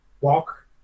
walk